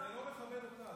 זה לא מכבד אותך.